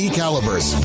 calibers